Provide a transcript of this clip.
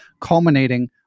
culminating